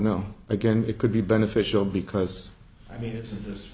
know again it could be beneficial because i mean is